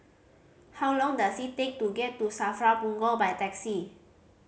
how long does it take to get to SAFRA Punggol by taxi